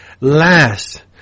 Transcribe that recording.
Last